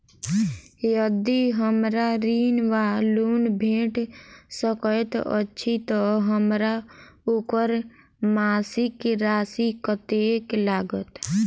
यदि हमरा ऋण वा लोन भेट सकैत अछि तऽ हमरा ओकर मासिक राशि कत्तेक लागत?